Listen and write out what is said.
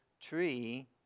tree